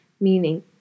meaning